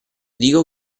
dico